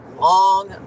long